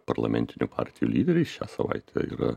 parlamentinių partijų lyderiais šią savaitę yra